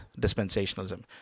dispensationalism